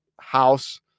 house